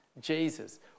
jesus